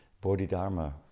Bodhidharma